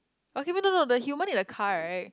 okay wait no no the human in the car right